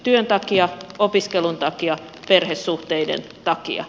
työn takia opiskelun takia perhesuhteiden takia